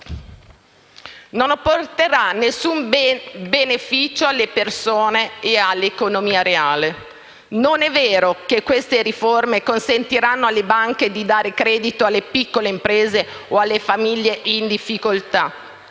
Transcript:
non porterà nessun beneficio alle persone e all'economia reale. Non è vero che queste riforme consentiranno alle banche di dare credito alle piccole imprese o alle famiglie in difficoltà.